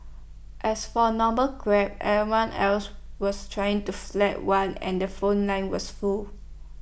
as for normal Crab everyone else was trying to flag one and the phone lines was full